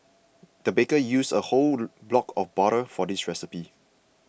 the baker used a whole block of butter for this recipe